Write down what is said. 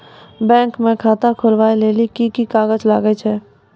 Bank म खाता खोलवाय लेली की की कागज लागै छै?